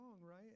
right